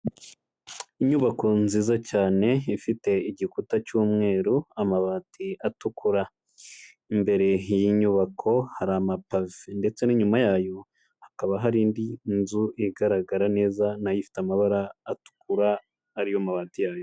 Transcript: Inyubako nziza cyane ifite igikuta cy'umweru, amabati atukura, imbere y'inyubako hari amapave ndetse n'inyuma yayo hakaba hari indi nzu igaragara neza na yo ifite amabara atukura ari yo mabati yayo.